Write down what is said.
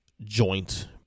joint